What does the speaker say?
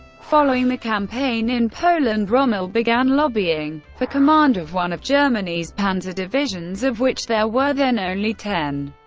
following the campaign in poland, rommel began lobbying for command of one of germany's panzer divisions, of which there were then only ten.